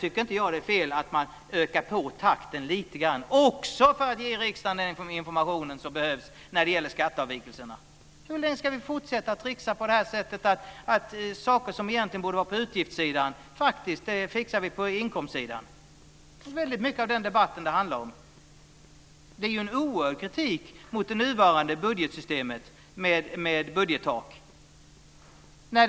Jag tycker inte att det är fel att man ökar takten lite grann, också för att ge riksdagen den information som behövs när det gäller skatteavvikelserna. Hur länge ska vi fortsätta att tricksa på det här sättet, så att saker som egentligen borde vara på utgiftssidan fixar vi på inkomstsidan? Det är väldigt mycket av den debatten som det handlar om. Det är en oerhörd kritik mot det nuvarande budgetsystemet med budgettak.